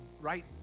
right